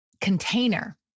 container